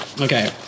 Okay